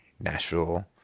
Nashville